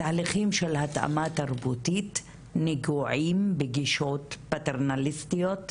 תהליכים של התאמה תרבותית נגועים בגישות פטרנליסטיות,